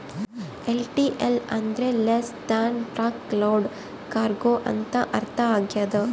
LTL ಅಂದ್ರ less than truck load cargo ಅಂತ ಅರ್ಥ ಆಗ್ಯದ